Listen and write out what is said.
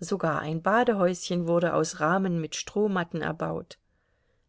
sogar ein badehäuschen wurde aus rahmen mit strohmatten erbaut